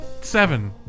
Seven